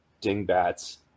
dingbats